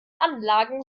anlagen